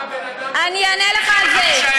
אבל למה בן-אדם צריך לשלם 55,000 שקל,